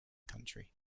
country